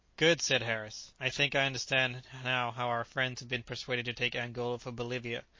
good! said harris i think i understand now how our friends have been persuaded to take angola for bolivia.